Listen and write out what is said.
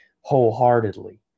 wholeheartedly